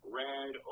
red